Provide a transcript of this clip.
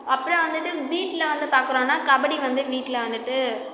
அப்புறம் வந்துவிட்டு வீட்டில் வந்து பார்க்குறோன்னா கபடி வந்து வீட்டில் வந்துவிட்டு